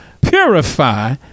purify